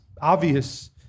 obvious